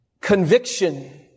conviction